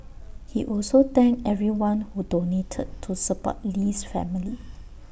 he also thanked everyone who donated to support Lee's family